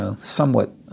somewhat